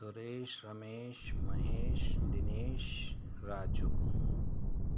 Suresh Ramesh Mahesh Dinesh Raju